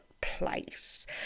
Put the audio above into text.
place